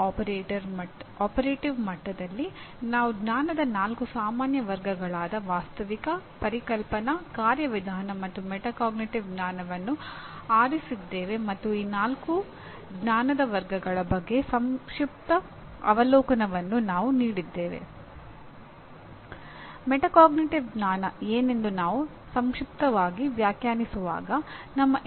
ಕಾರ್ಯಕಾರಿಣಿಯ ಮಟ್ಟದಲ್ಲಿ ನಾವು ಜ್ಞಾನದ 4 ಸಾಮಾನ್ಯ ವರ್ಗಗಳಾದ ವಾಸ್ತವಿಕ ಪರಿಕಲ್ಪನಾ ಕಾರ್ಯವಿಧಾನ ಮತ್ತು ಮೆಟಾಕಾಗ್ನಿಟಿವ್ ಜ್ಞಾನವನ್ನು ಆರಿಸಿದ್ದೇವೆ ಮತ್ತು ಈ ನಾಲ್ಕು ಜ್ಞಾನದ ವರ್ಗಗಳ ಬಗ್ಗೆ ಸಂಕ್ಷಿಪ್ತ ಅವಲೋಕನವನ್ನು ನಾವು ನೀಡಿದ್ದೇವೆ